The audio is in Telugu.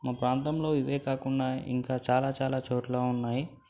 మా ప్రాంతంలో ఇవే కాకుండా ఇంకా చాలా చాలా చోట్లు ఉన్నాయి